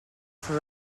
for